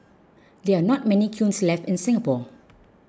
there are not many kilns left in Singapore